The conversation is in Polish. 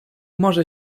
może